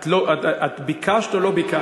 את ביקשת או לא ביקשת?